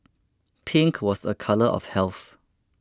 pink was a colour of health